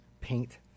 Paint